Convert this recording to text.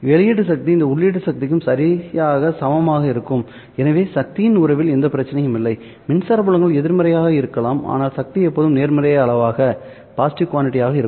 வெளியீட்டு சக்தி இந்த உள்ளீட்டு சக்திக்கு சரியாக சமமாக இருக்கும் எனவே சக்தியின் உறவில் எந்த பிரச்சனையும் இல்லை மின்சார புலங்கள் எதிர்மறையாக இருக்கலாம் ஆனால் சக்தி எப்போதும் நேர்மறையான அளவாக இருக்கும்